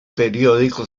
periódico